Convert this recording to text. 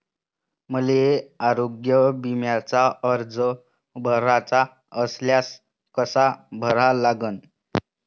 मले आरोग्य बिम्याचा अर्ज भराचा असल्यास कसा भरा लागन?